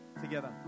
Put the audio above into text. together